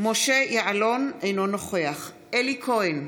משה יעלון, אינו נוכח אלי כהן,